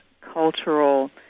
cultural